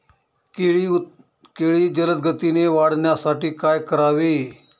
केळी जलदगतीने वाढण्यासाठी काय करावे?